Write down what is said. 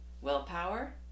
Willpower